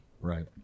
Right